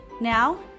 Now